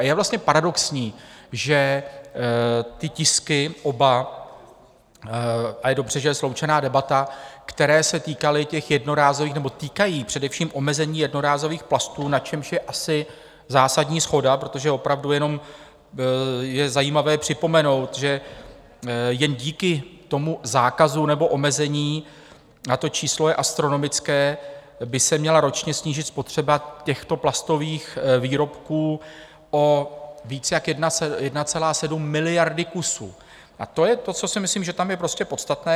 Je vlastně paradoxní, že ty tisky oba a je dobře, že je sloučená debata, které se týkaly těch jednorázových nebo týkají především omezení jednorázových plastů, na čemž je asi zásadní shoda protože opravdu jenom je zajímavé připomenout, že jen díky tomu zákazu nebo omezení, a to číslo je astronomické, by se měla ročně snížit spotřeba těchto plastových výrobků o víc jak 1,7 miliardy kusů, a to je to, co si myslím, že tam je podstatné.